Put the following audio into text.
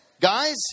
guys